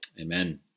Amen